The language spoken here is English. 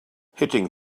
hitting